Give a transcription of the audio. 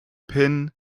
pin